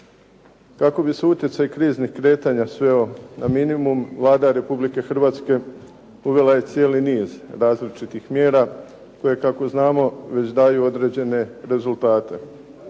Kako bi se utjecaj kriznih kretanja sveo na minimum Vlada Republike Hrvatske uvela je cijeli niz različitih mjera koje kako znamo već daje određene rezultate.